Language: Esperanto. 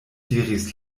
diris